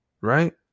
right